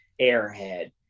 airhead